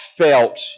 felt